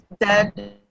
dead